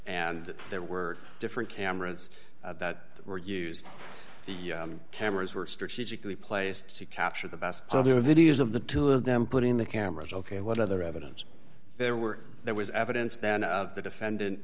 and there were different cameras that were used the cameras were strategically placed to capture the best of the videos of the two of them putting the cameras ok what other evidence there were there was evidence then of the defendant